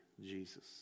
Jesus